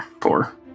four